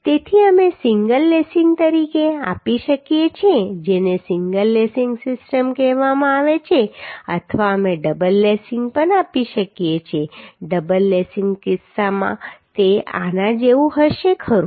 તેથી અમે single lacing તરીકે આપી શકીએ છીએ જેને સિંગલ લેસિંગ સિસ્ટમ કહેવામાં આવે છે અથવા અમે ડબલ લેસિંગ પણ આપી શકીએ છીએ ડબલ લેસિંગના કિસ્સામાં તે આના જેવું હશે ખરું